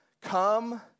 Come